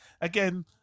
again